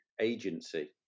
agency